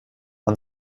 man